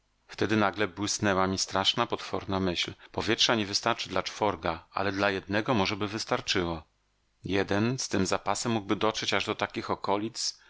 wtedy nagle błysnęła mi straszna potworna myśl powietrza nie wystarczy dla czworga ale dla jednego możeby wystarczyło jeden z tym zapasem mógłby dotrzeć aż do takich okolic